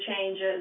changes